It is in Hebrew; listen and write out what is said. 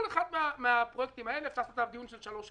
על כל אחד מן הפרויקטים האלה אפשר לעשות דיון של שלוש שעות,